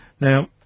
Now